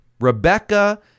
Rebecca